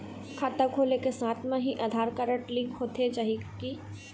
खाता खोले के साथ म ही आधार कारड लिंक होथे जाही की?